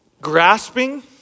grasping